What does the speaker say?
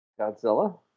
Godzilla